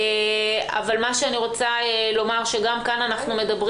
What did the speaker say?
גם כאן אנחנו מדברים,